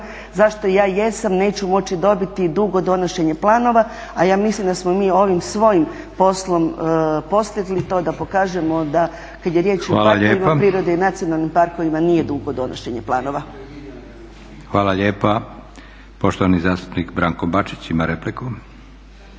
zašto ja jesam, neću moći dobiti dugo donošenje planova. A ja mislim da smo mi ovim svojim poslom postigli to da pokažemo da kada je riječ o parkovima prirode i nacionalnim parkovima nije dugo donošenje planova. **Leko, Josip (SDP)** Hvala lijepa. Poštovani zastupnik Branko Bačić ima repliku.